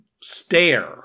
stare